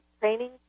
training